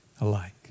alike